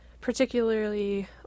Particularly